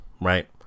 right